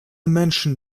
menschen